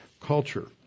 culture